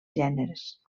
gèneres